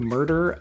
Murder